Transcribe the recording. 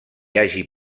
hagi